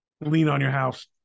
lean-on-your-house